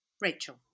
rachel